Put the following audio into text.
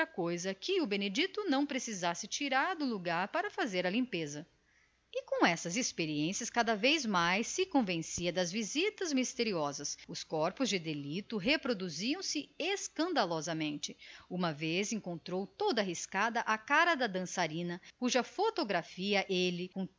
coisa que o moleque não precisasse tirar do lugar para fazer a limpeza e com estas experiências cada vez mais se convencia das visitas misteriosas os corpos de delito reproduziam se escandalosamente uma vez encontrou toda riscada à unha a cara da dançarina cuja fotografia ele